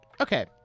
Okay